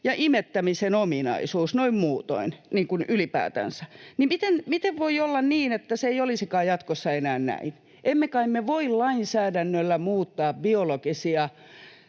ja imettämisen ominaisuus noin muutoin, niin kuin ylipäätänsä, niin miten voi olla niin, että se ei olisikaan jatkossa enää näin? Emme kai me voi lainsäädännöllä muuttaa biologisia